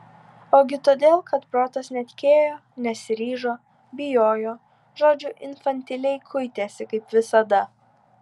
ogi todėl kad protas netikėjo nesiryžo bijojo žodžiu infantiliai kuitėsi kaip visada